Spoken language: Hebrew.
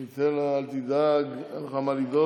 אל תדאג, אין לך מה לדאוג.